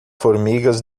formigas